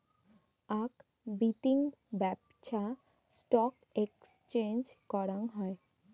আক বিতিং ব্যপছা স্টক এক্সচেঞ্জ করাং হই